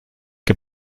que